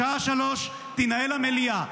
בשעה 15:00 תינעל המליאה.